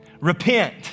Repent